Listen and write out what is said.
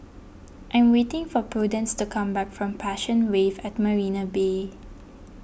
I am waiting for Prudence to come back from Passion Wave at Marina Bay